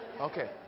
Okay